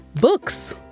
Books